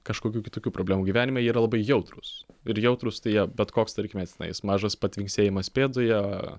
kažkokių kitokių problemų gyvenime jie yra labai jautrūs ir jautrūs tai jie bet koks tarkime tenais mažas tvinksėjimas pėdoje